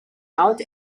out